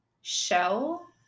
shell